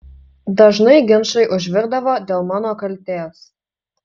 dažnai ginčai užvirdavo dėl mano kaltės